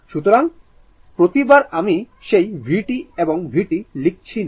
সুতরাং প্রতিবার আমি সেই vt এবং vt লিখছি না